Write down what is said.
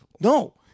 no